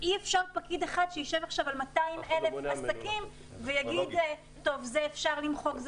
ואי-אפשר שפקיד אחד ישב עכשיו על 200,000 עסקים ויגיד: זה אפשר למחוק,